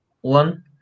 one